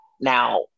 now